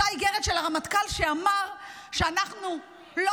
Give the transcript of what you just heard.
אותה איגרת של הרמטכ"ל שאמר שאנחנו לא